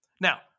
Now